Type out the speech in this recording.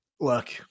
Look